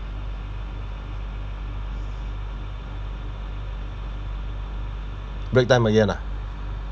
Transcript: break time again ah